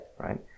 Right